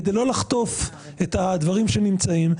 כדי לא 'לחטוף' את הדברים שנמצאים.